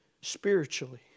spiritually